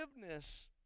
forgiveness